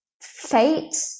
fate